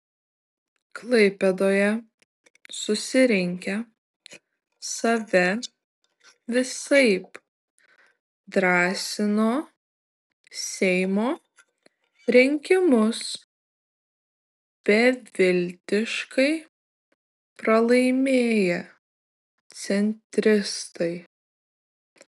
klaipėdoje susirinkę save visaip drąsino seimo rinkimus beviltiškai pralaimėję centristai